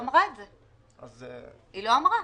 היא לא אמרה את זה, היא לא אמרה.